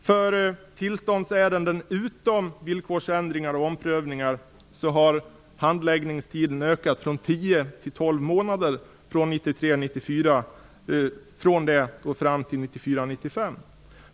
För tillståndsärenden utom villkorsändringar och omprövningar har handläggningstiden ökat från 10 till 12 månader från 1993 95.